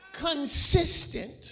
consistent